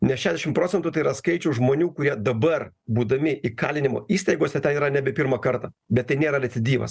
nes šešiasdešimt procentų tai yra skaičius žmonių kurie dabar būdami įkalinimo įstaigose ten yra nebe pirmą kartą bet tai nėra recidyvas